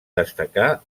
destacar